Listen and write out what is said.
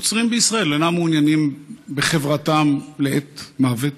הנוצרים בישראל אינם מעוניינים בחברתם לעת מוות.